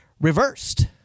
reversed